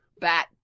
bat